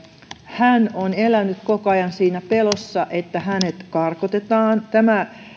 hän on elänyt koko ajan siinä pelossa että hänet karkotetaan tämä